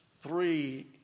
three